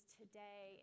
today